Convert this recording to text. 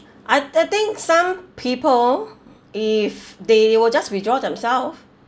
I I think some people if they will just withdraw themself